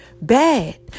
Bad